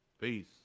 Peace